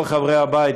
כל חברי הבית,